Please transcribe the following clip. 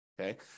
Okay